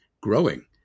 growing